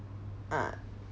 ah